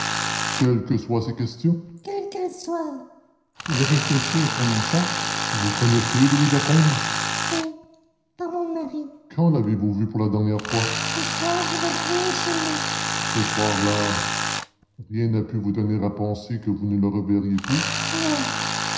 quelles que soient ces questions quelles qu'elles soient il réfléchit et prononça vous connaissiez louis lacombe oui par mon mari quand l'avez-vous vu pour la dernière fois le soir où il a dîné chez nous ce soir-là rien n'a pu vous donner à penser que vous ne le verriez plus non